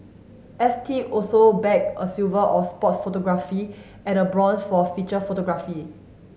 S T also bagged a silver or sport photography and a bronze for feature photography